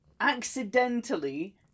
accidentally